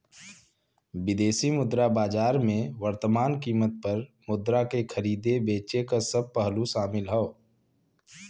विदेशी मुद्रा बाजार में वर्तमान कीमत पर मुद्रा के खरीदे बेचे क सब पहलू शामिल हौ